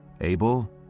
Abel